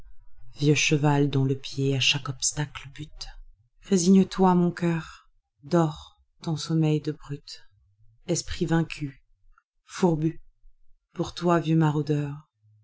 vieux cheval dont le pied à chaque obstacle butte résigne-toi mon cœur dors ton sommeil de brute esprit vaincu fourbu pour toi vieux maraudeur